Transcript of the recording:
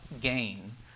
gain